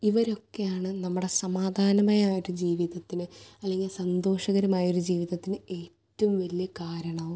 ഇവരൊക്കെയാണ് നമ്മുടെ സമാധാനമായൊരു ജീവിതത്തില് അല്ലെങ്കിൽ സന്തോഷകരമായോര് ജീവിതത്തിന് ഏറ്റവും വലിയൊരു കാരണവും